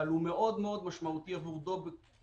אבל הוא מאוד מאוד משמעותי עבור "דובק".